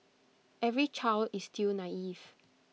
every child is still naive